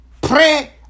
Pray